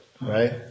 Right